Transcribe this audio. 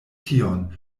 tion